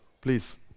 please